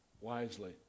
wisely